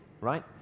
right